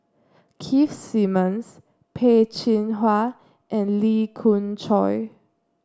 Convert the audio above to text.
Keith Simmons Peh Chin Hua and Lee Khoon Choy